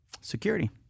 security